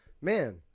Man